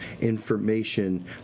information